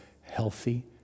healthy